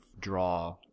draw